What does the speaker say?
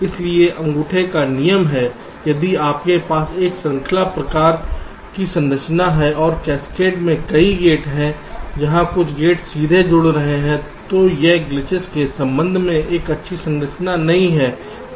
इसलिए अंगूठे का नियम है यदि आपके पास एक श्रृंखला प्रकार की संरचना है और कैस्केड में कई गेट हैं जहां कुछ गेट सीधे जुड़ रहे हैं तो यह ग्लीचेस के संबंध में एक अच्छी संरचना नहीं है